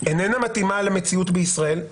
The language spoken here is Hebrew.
איננה מתאימה למציאות בישראל,